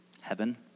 heaven